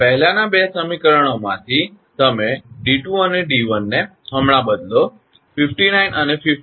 હવે પહેલાના બે સમીકરણોમાંથી તમે 𝑑2 અને 𝑑1 ને હમણાં બદલો 59 અને 58